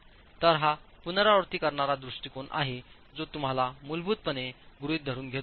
तर हा पुनरावृत्ती करणारा दृष्टीकोन आहे जो तुम्हाला मूलभूतपणे गृहित धरुन घेतो